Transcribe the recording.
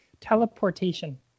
Teleportation